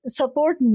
support